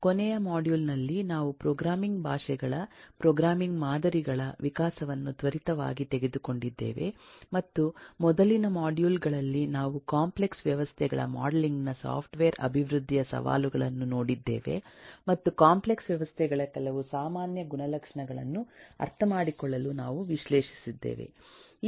ಕೊನೆಯ ಮಾಡ್ಯೂಲ್ ನಲ್ಲಿ ನಾವು ಪ್ರೋಗ್ರಾಮಿಂಗ್ ಭಾಷೆಗಳ ಪ್ರೋಗ್ರಾಮಿಂಗ್ ಮಾದರಿಗಳ ವಿಕಾಸವನ್ನು ತ್ವರಿತವಾಗಿ ತೆಗೆದುಕೊಂಡಿದ್ದೇವೆ ಮತ್ತು ಮೊದಲಿನ ಮಾಡ್ಯೂಲ್ ಗಳಲ್ಲಿ ನಾವು ಕಾಂಪ್ಲೆಕ್ಸ್ ವ್ಯವಸ್ಥೆಗಳ ಮಾಡೆಲಿಂಗ್ ನ ಸಾಫ್ಟ್ವೇರ್ ಅಭಿವೃದ್ಧಿಯ ಸವಾಲುಗಳನ್ನು ನೋಡಿದ್ದೇವೆ ಮತ್ತು ಕಾಂಪ್ಲೆಕ್ಸ್ ವ್ಯವಸ್ಥೆಗಳ ಕೆಲವು ಸಾಮಾನ್ಯ ಗುಣಲಕ್ಷಣಗಳನ್ನು ಅರ್ಥಮಾಡಿಕೊಳ್ಳಲು ನಾವು ವಿಶ್ಲೇಷಿಸಿದ್ದೇವೆ